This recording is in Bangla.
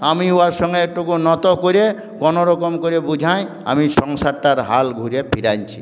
আমি উয়ার সঙ্গে একটুকু নত কইরে কোন রকম করে বুঝাই আমি সংসারটার হাল ঘুরে ফিরাইনচি